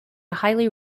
highly